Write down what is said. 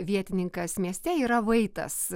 vietininkas mieste yra vaitas